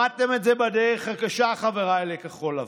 למדתם את זה בדרך הקשה, חבריי לכחול לבן.